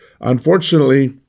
unfortunately